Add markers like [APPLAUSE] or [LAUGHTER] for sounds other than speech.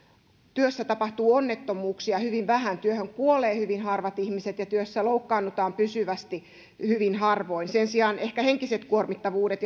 työssä tapahtuu onnettomuuksia hyvin vähän työhön kuolevat hyvin harvat ihmiset ja työssä loukkaannutaan pysyvästi hyvin harvoin sen sijaan ehkä henkiset kuormittavuudet [UNINTELLIGIBLE]